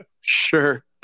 sure